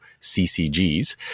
CCGs